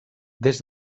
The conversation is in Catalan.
des